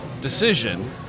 decision